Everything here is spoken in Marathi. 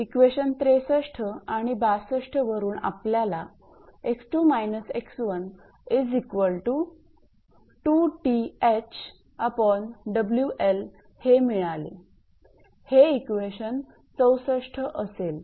तर इक्वेशन 63 आणि 62 वरून आपल्याला 𝑥2−𝑥1 हे मिळाले हे इक्वेशन 64 असेल